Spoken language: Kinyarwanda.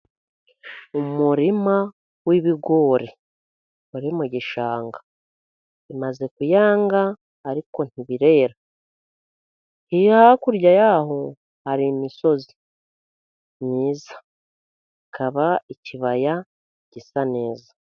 Umurima w'ibigori uri mu gishanga, bimaze kuyanga ariko ntibirera, iyo hakurya y'aho hari imisozi myiza, ikaba ikibaya gisa neza.